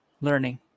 learning